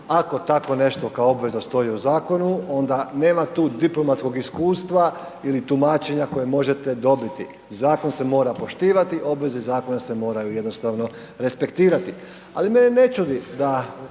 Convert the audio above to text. ako tako nešto kao obveza stoji u zakonu onda nema tu diplomatskom iskustva ili tumačenja koje možete dobiti, zakon se mora poštivati, obveze zakona se moraju jednostavno respektirati. Ali mene ne čudi da